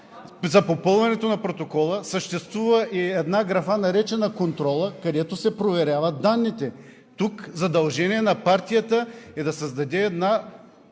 при попълването на протокола съществува и една графа, наречена „Контрола“, където се проверяват данните. Тук задължение на партията е да създаде една,